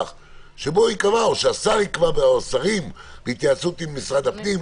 שבו ייקבע או שהשר יקבע או השרים בהתייעצות עם משרד הפנים,